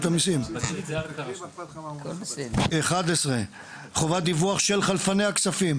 מה אכפת לך מה --- הסתייגות 11: "חובת דיווח של חלפני הכספים",